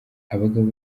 abagabo